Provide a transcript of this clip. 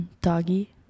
doggy